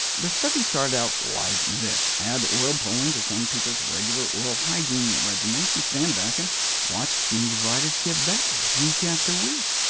the studies started out like this add oil pulling to some people's regular oral hygiene regimens and stand back and watch gingivitis get better week after week,